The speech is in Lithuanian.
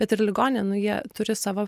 bet ir ligoninė nu jie turi savo